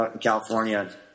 California